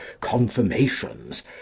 confirmations